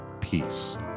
peace